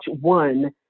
one